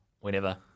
whenever